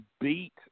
beat